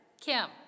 Kim